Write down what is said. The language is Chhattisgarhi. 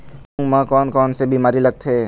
मूंग म कोन कोन से बीमारी लगथे?